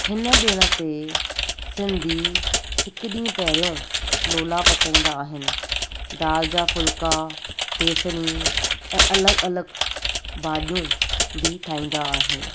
हिन ॾिण ते सिंधी हिकु ॾींहुं पहिरियों लोला पचाईंदा आहिनि दाल जा फुल्का बेसणी ऐं अलॻि अलॻि भाॼियूं बि ठाहींदा आहिनि